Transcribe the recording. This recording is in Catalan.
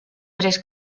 tres